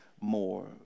more